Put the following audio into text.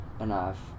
enough